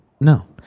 No